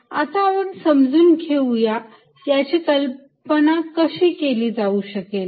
l आता आपण समजून घेऊया याची कल्पना कशी केली जाऊ शकेल